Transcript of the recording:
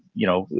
you know,